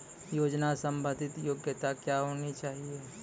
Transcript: योजना संबंधित योग्यता क्या होनी चाहिए?